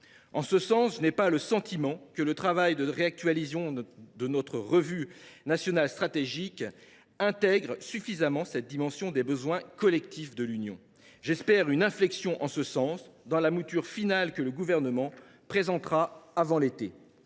En ce sens, je n’ai pas le sentiment que le travail de réactualisation de notre revue nationale stratégique intègre suffisamment cette dimension des besoins collectifs de l’Union. J’espère une inflexion en ce sens dans la mouture finale que le Gouvernement présentera avant l’été.